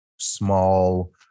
Small